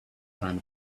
kind